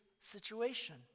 situation